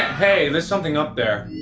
hey, there's something up there.